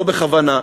לא בכוונה,